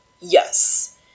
Yes